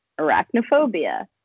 Arachnophobia